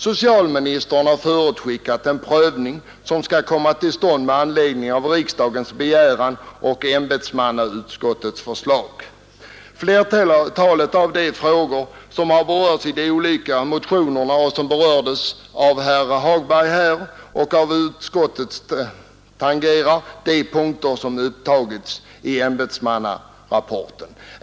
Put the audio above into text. Socialministern har förutskickat att en prövning skall komma till Flertalet av de frågor som har berörts i de olika motionerna och som här nämndes av herr Hagberg behandlas, som utskottet redovisar, i ämbetsmannautskottets förslag.